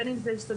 בין אם זה ביסודי,